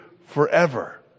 forever